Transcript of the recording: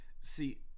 See